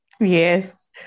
Yes